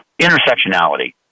intersectionality